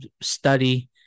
study